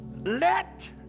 Let